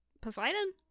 Poseidon